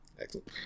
Excellent